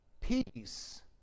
peace